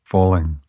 Falling